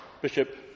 Bishop